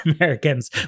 Americans